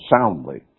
soundly